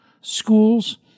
schools